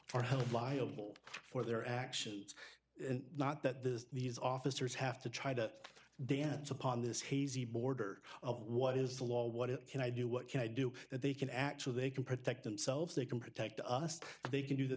are held liable for their actions not that this these officers have to try to dance upon this hazy border of what is the law what can i do what can i do that they can actually they can protect themselves they can protect us they can do the